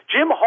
Jim